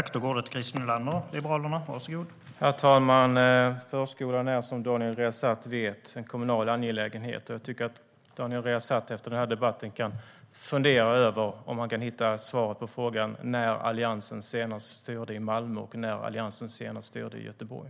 Herr talman! Förskolan är, som Daniel Riazat vet, en kommunal angelägenhet. Jag tycker att Daniel Riazat efter denna debatt kan fundera över om han kan hitta svaret på frågan när Alliansen senast styrde i Malmö och när Alliansen senast styrde i Göteborg.